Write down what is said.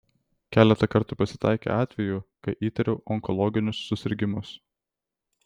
keletą kartų pasitaikė atvejų kai įtariau onkologinius susirgimus